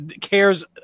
cares